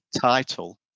title